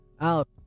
out